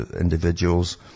individuals